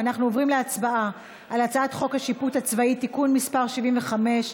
ואנחנו עוברים להצבעה על הצעת חוק השיפוט הצבאי (תיקון מס' 75),